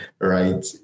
right